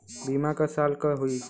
बीमा क साल क होई?